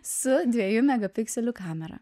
su dviejų megapikselių kamera